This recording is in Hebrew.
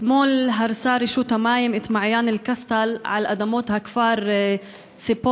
אתמול הרסה רשות המים את מעיין אל-קסטל על אדמות הכפר ציפורי,